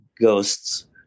ghosts